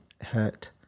hurt